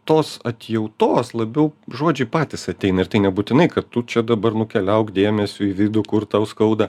tos atjautos labiau žodžiai patys ateina ir tai nebūtinai kad tu čia dabar nukeliauk dėmesiu į vidų kur tau skauda